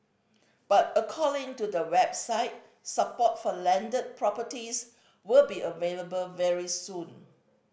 but according to the website support for landed properties will be available very soon